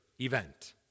event